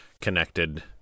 connected